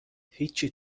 هیچی